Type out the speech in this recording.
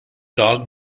dog